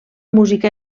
música